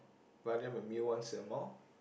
buy them a meal once in a while